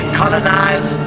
colonize